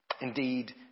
Indeed